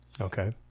Okay